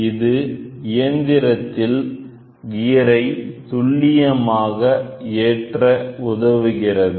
இது இயந்திரத்தில் கியரை துல்லியமாக ஏற்ற உதவுகிறது